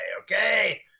okay